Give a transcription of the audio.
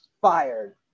fired